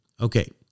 Okay